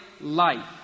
life